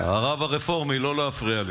הרב הרפורמי, לא להפריע לי.